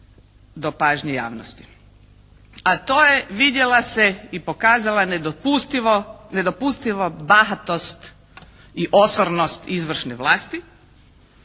a to je vidjela se i pokazala nedopustivo bahatost i osornost izvršne vlasti.